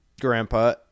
Grandpa